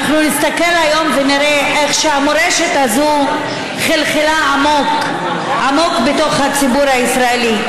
אנו נסתכל היום ונראה איך המורשת הזאת חלחלה עמוק בתוך הציבור הישראלי.